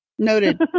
noted